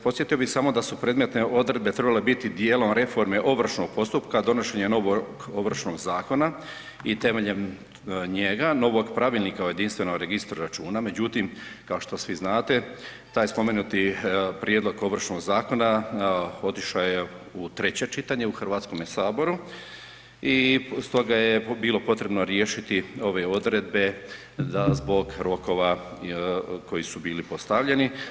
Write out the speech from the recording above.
Podsjetio bih samo da su predmetne odredbe trebale biti dijelom reforme ovršnog postupka donošenjem novog Ovršnog zakona i temeljem njega, novog Pravilnika o jedinstvenom registru računa, međutim kao što svi znate taj spomenuti prijedlog Ovršnog zakona otišao je u treće čitanje u Hrvatskome saboru i plus toga je bilo potrebno riješiti ove odredbe da zbog rokova koji su bili postavljeni.